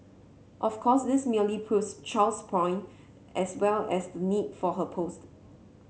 of course this merely proves Chow's point as well as the need for her post